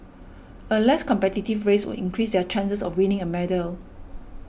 a less competitive race would increase their chances of winning a medal